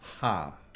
ha